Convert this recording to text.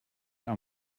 our